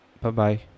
Bye-bye